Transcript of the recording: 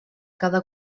cada